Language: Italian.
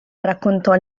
raccontò